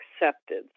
accepted